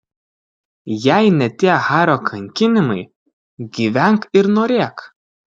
jei ne tie hario kankinimai gyvenk ir norėk